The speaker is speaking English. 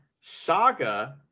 saga